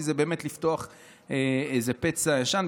כי זה באמת לפתוח איזה פצע ישן,